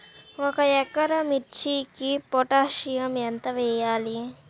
ఒక ఎకరా మిర్చీకి పొటాషియం ఎంత వెయ్యాలి?